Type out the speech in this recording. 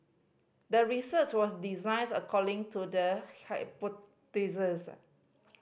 the research was designs according to the